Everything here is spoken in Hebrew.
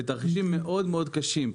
בתרחישים מאוד-מאוד קשים,